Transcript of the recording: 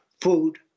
food